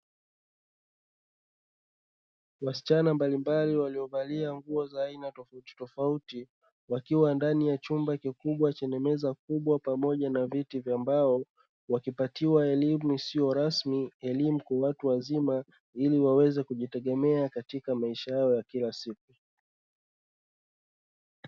Wasichana mbalimbali waliovalia nguo za aina tofautitofauti wakiwa ndani ya chumba kikubwa chenye meza kubwa pamoja na viti vya mbao, wakipatiwa elimu isiyo rasmi elimu kwa watu wazima ili waweze kujitegemea katika maisha yao ya kila siku.